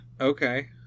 Okay